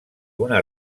una